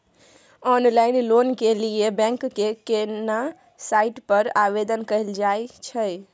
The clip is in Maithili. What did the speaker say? ऑनलाइन लोन के लिए बैंक के केना साइट पर आवेदन कैल जाए छै?